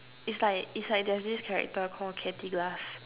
it's like it's like there's this character called Katy-Glass